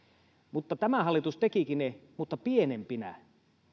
mutta kun tämä hallitus tekikin ne mutta pienempinä